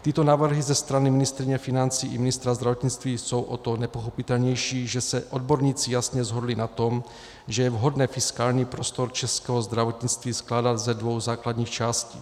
Tyto návrhy ze strany ministryně financí i ministra zdravotnictví jsou o to nepochopitelnější, že se odborníci jasně shodli na tom, že je vhodné fiskální prostor českého zdravotnictví skládat ze dvou základních částí.